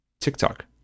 TikTok